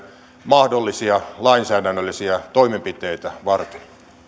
mahdollisia lainsäädännöllisiä toimenpiteitä varten